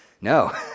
No